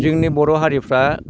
जोंनि बर' हारिफ्रा